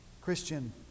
Christian